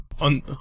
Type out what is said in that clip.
On